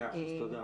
מאה אחוז, תודה.